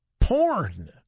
porn